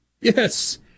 Yes